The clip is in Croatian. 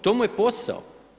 To mu je posao.